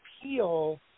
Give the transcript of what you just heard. appeal